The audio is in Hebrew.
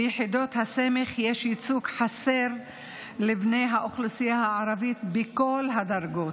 ביחידות הסמך יש ייצוג חסר לבני האוכלוסייה הערבית בכל הדרגות.